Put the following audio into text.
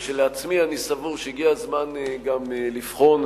כשלעצמי אני סבור שהגיע הזמן גם לבחון